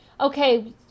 okay